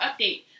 update